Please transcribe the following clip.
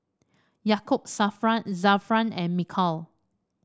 Yaakob Zafran and Mikhail